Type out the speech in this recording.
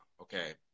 okay